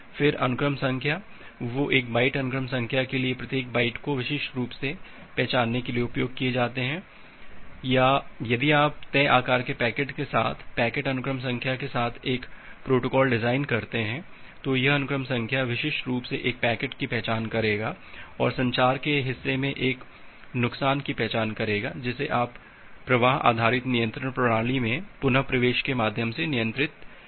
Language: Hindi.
फिर अनुक्रम संख्या वे एक बाइट अनुक्रम संख्या के लिए प्रत्येक बाइट को विशिष्ट रूप से पहचानने के लिए उपयोग किए जाते हैं या यदि आप तय आकार के पैकेट के साथ पैकेट अनुक्रम संख्या के साथ एक प्रोटोकॉल डिज़ाइन करते हैं तो यह अनुक्रम संख्या विशिष्ट रूप से एक पैकेट की पहचान करेगा और संचार के हिस्से में एक नुकसान की पहचान करेगा जिसे प्रवाह आधारित नियंत्रण प्रणाली में पुन प्रवेश के माध्यम से नियंत्रित किया जाता है